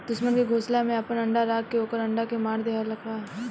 दुश्मन के घोसला में आपन अंडा राख के ओकर अंडा के मार देहलखा